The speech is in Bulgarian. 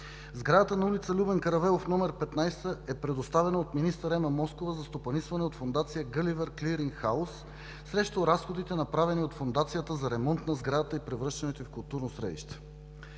Сградата на ул. „Любен Каравелов“ № 15 е предоставена от министър Ема Москова за стопанисване от Фондация „Гъливер клиринг хауз“ срещу разходите, направени от Фондацията, за ремонт на сградата и превръщането ѝ в културно средище.